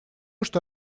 что